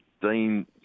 Dean